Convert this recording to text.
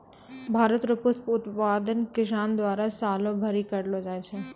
भारत रो पुष्प उत्पादन किसान द्वारा सालो भरी करलो जाय छै